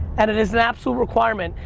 and it is an absolute requirement.